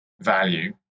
value